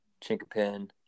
chinkapin